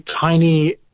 tiny